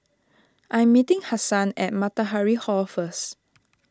I am meeting Hasan at Matahari Hall first